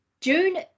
June